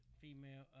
female